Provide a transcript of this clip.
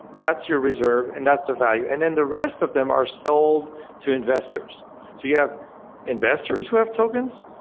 that's your reserve and that's a value, and then the rest of them are sold to investors so you have investors who have tokens,